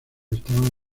estaban